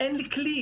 אין לי כלי,